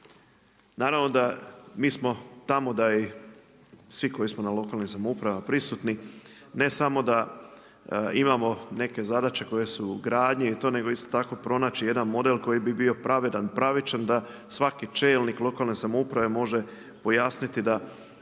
Naravno, mi smo tamo da ih svi koji smo na lokalnim samoupravama prisutni ne samo da imamo neke zadaće koje su … nego isto tako pronaći jedan model koji bi bio pravedan, pravičan da svaki čelnik lokalne samouprave može pojasniti da